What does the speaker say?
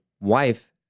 wife